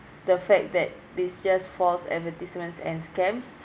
the fact that this just false advertisements and scams